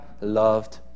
loved